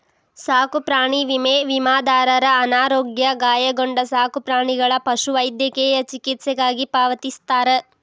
ಸಾಕುಪ್ರಾಣಿ ವಿಮೆ ವಿಮಾದಾರರ ಅನಾರೋಗ್ಯ ಗಾಯಗೊಂಡ ಸಾಕುಪ್ರಾಣಿಗಳ ಪಶುವೈದ್ಯಕೇಯ ಚಿಕಿತ್ಸೆಗಾಗಿ ಪಾವತಿಸ್ತಾರ